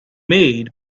made